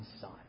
son